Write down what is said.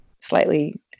slightly